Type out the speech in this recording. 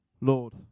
Lord